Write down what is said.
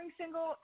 single